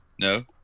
No